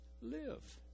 live